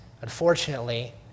unfortunately